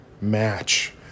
match